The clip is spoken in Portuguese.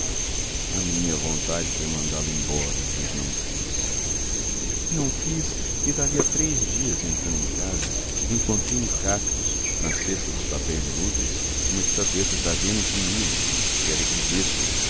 a minha vontade foi mandá-lo embora mas não o fiz não o fiz e dali a três dias entrando em casa encontrei em cacos na cesta dos papéis inúteis uma estatueta da vênus de milo que era de gesso